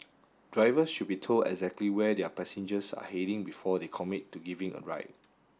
drivers should be told exactly where their passengers are heading before they commit to giving a ride